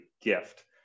gift